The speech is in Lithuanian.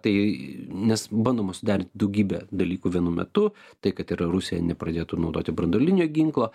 tai nes bandoma suderinti daugybę dalykų vienu metu tai kad ir rusija nepradėtų naudoti branduolinio ginklo